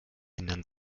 ändern